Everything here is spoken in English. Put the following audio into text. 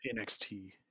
nxt